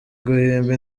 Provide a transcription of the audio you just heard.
guhimba